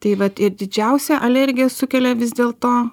tai vat ir didžiausią alergiją sukelia vis dėl to